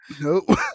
nope